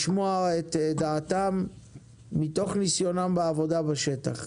לשמוע את דעתם מתוך ניסיונם בעבודה בשטח.